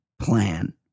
plan